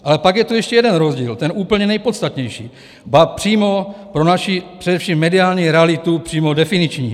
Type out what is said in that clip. Ale pak je tu ještě jeden rozdíl, ten úplně nejpodstatnější, ba přímo pro naši především mediální realitu přímo definiční.